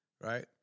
Right